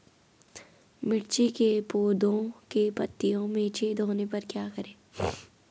मिर्ची के पौधों के पत्तियों में छेद होने पर क्या करें?